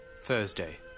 Thursday